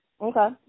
Okay